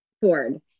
Ford